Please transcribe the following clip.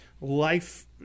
life